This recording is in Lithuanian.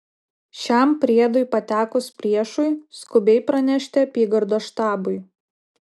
šiam priedui patekus priešui skubiai pranešti apygardos štabui